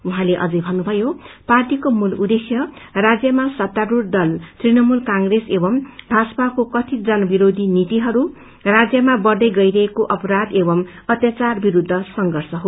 उइँले अझै मन्नुभयो पार्टीको मूल उद्देश्य राज्यमा सत्तास्ढ़ दल तृणमूल क्रेस एवं भाजपाको कथित जनविरोधी नीतिहरू राज्यमा बढ़दै गइरहेको अपराष एवं अत्याचार विस्छ संघर्ष हो